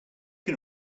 can